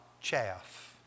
chaff